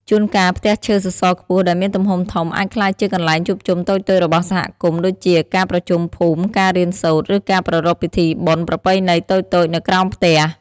ជួនកាលផ្ទះឈើសសរខ្ពស់ដែលមានទំហំធំ អាចក្លាយជា កន្លែងជួបជុំតូចៗរបស់សហគមន៍ ដូចជាការប្រជុំភូមិ ការរៀនសូត្រ ឬការប្រារព្ធពិធីបុណ្យប្រពៃណីតូចៗនៅក្រោមផ្ទះ ។